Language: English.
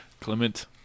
Clement